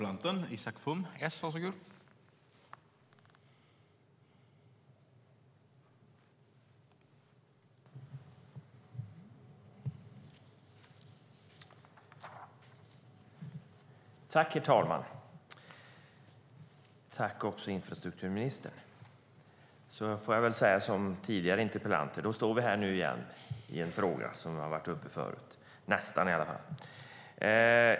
Herr talman! Jag får väl säga som tidigare interpellanter: Då står vi här igen i en fråga som har varit uppe förut - nästan i alla fall.